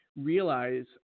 realize